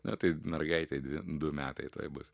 na tai mergaitei du metai tuoj bus